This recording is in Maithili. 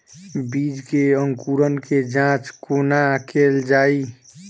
बीज केँ अंकुरण केँ जाँच कोना केल जाइ?